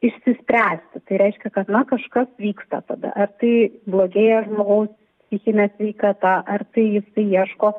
išsispręsti tai reiškia kad na kažkas vyksta tada ar tai blogėja žmogaus psichinė sveikata ar tai tai ieško